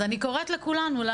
אז אני קוראת לכולנו,